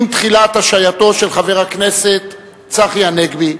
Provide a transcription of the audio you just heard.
עם תחילת השעייתו של חבר הכנסת צחי הנגבי,